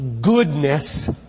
goodness